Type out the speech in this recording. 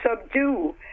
subdue